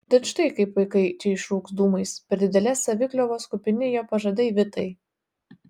tad štai kaip paikai čia išrūks dūmais per didelės savikliovos kupini jo pažadai vitai